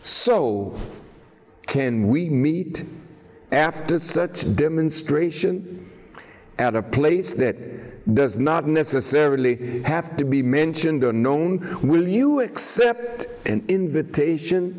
so can we meet after such demonstrations at a place that does not necessarily have to be mentioned or known will you accept an invitation